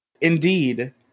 Indeed